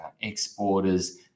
exporters